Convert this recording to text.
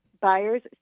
buyers